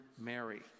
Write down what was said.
Mary